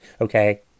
Okay